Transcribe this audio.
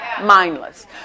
mindless